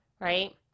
Right